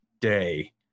day